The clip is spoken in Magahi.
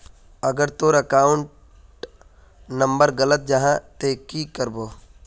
अगर तोर अकाउंट नंबर गलत जाहा ते की करबो?